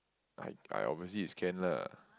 I I obviously is can lah